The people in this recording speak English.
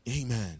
Amen